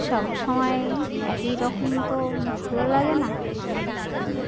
সবসময় একই রকম তো ভালো লাগে না